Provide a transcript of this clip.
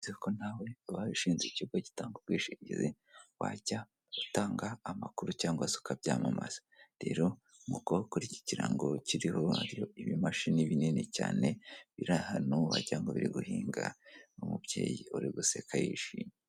Nziko nawe ababishinze ikigo gitanga ubwishingizi wajya utanga amakuru cyangwa se ukabyamamaza. rero nkuko kuri iki kirango kiriho ibimashini binini cyane biri ahantu wagirango biri guhinga n'umubyeyi uri guseka yishimye.